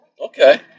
Okay